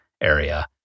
area